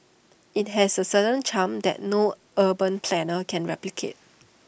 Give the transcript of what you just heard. IT has A certain charm that no urban planner can replicate